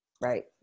right